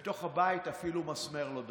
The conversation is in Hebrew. בתוך הבית אפילו מסמר לא דפקו.